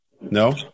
No